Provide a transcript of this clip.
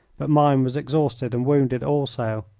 but mine was exhausted and wounded also.